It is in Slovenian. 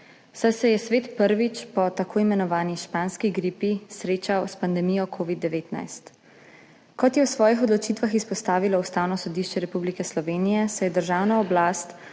saj se je svet prvič po tako imenovani španski gripi srečal s pandemijo covida-19. Kot je v svojih odločitvah izpostavilo Ustavno sodišče Republike Slovenije, se je državna oblast